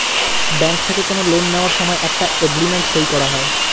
bank থেকে কোনো loan নেওয়ার সময় একটা এগ্রিমেন্ট সই করা হয়